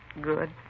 Good